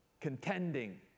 contending